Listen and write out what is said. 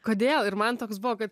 kodėl ir man toks buvo kad